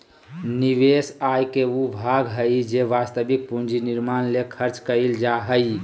निवेश आय के उ भाग हइ जे वास्तविक पूंजी निर्माण ले खर्च कइल जा हइ